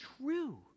true